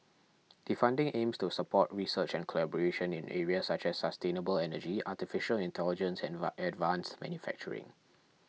the funding aims to support research and collaboration in areas such as sustainable energy Artificial Intelligence and advanced manufacturing